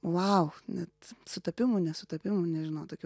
vau net sutapimų ne sutapimų nežinau tokių